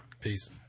Peace